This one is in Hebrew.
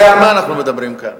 הרי על מה אנחנו מדברים כאן?